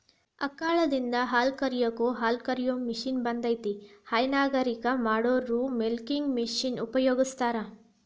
ಆಕಳಿಂದ ಹಾಲ್ ಕರಿಲಿಕ್ಕೂ ಹಾಲ್ಕ ರಿಯೋ ಮಷೇನ್ ಬಂದೇತಿ ಹೈನಗಾರಿಕೆ ಮಾಡೋರು ಮಿಲ್ಕಿಂಗ್ ಮಷೇನ್ ಉಪಯೋಗಸ್ತಾರ